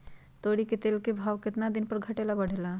तोरी के तेल के भाव केतना दिन पर घटे ला बढ़े ला?